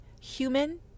human